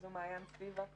זו מעיין ספיבק במקומו,